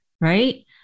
right